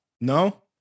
No